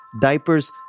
diapers